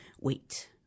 wait